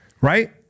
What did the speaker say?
right